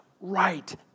right